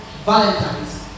Valentine's